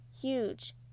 huge